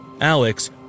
Alex